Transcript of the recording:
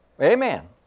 Amen